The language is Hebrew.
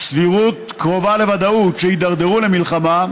סבירות קרובה לוודאות שיידרדרו למלחמה,